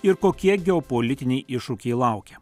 ir kokie geopolitiniai iššūkiai laukia